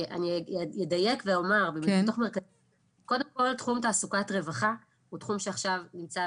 אני אדייק ואומר שקודם כל תחום תעסוקת רווחה הוא תחום שעכשיו נמצא